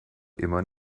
immer